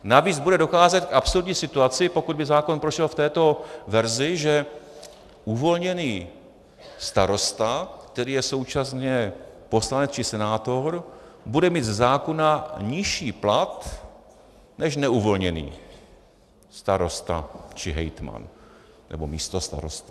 Navíc bude docházet k absurdní situaci, pokud by zákon prošel v této verzi, že uvolněný starosta, který je současně poslanec či senátor, bude mít ze zákona nižší plat než neuvolněný starosta či hejtman nebo místostarosta.